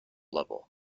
level